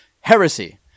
Heresy